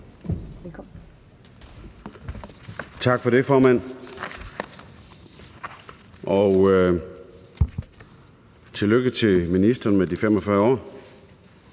Tak for det, formand, og tillykke til ministeren med de 45 år!